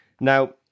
Now